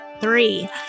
three